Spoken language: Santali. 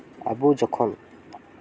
ᱟᱵᱚ ᱡᱚᱠᱷᱚᱱ